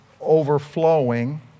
overflowing